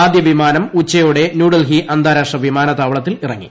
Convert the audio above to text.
ആദ്യ വിമാനം ഉച്ചയോടെ ന്യൂഡൽഹി അന്താരാഷ്ട്ര വിമാനത്താവളത്തിൽ ഇറങ്ങി